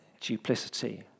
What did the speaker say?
duplicity